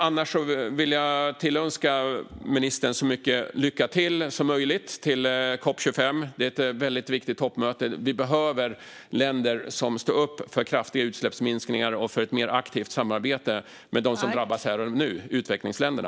Annars vill jag önska ministern så mycket lycka till som möjligt inför COP 25. Det är ett väldigt viktigt toppmöte. Vi behöver länder som står upp för kraftiga utsläppsminskningar och för ett mer aktivt samarbete med dem som drabbas här och nu, utvecklingsländerna.